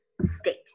state